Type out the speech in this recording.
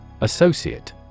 Associate